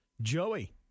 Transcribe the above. Joey